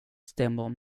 stämmer